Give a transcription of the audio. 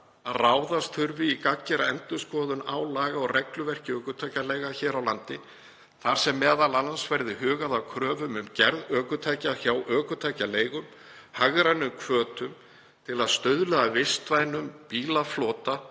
að ráðast þurfi í gagngera endurskoðun á laga- og regluverki ökutækjaleiga hér á landi þar sem m.a. verði hugað að kröfum um gerð ökutækja hjá ökutækjaleigum, hagrænum hvötum til að stuðla að vistvænum bílaflota